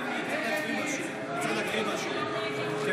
אצלנו --- אפשר כמובן להכניס את חברי הכנסת שהוצאו.